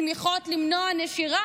תתבייש לך.